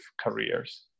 careers